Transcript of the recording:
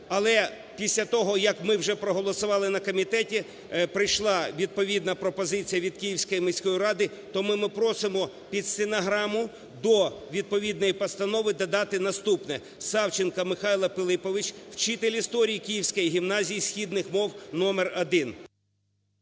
Але після того, як ми вже проголосували на комітеті, прийшла відповідна пропозиція від Київської міської ради, тому ми просимо під стенограму до відповідної постанови додати наступне: Савченко Михайло Пилипович, вчитель історії Київської гімназії східних мов № 1.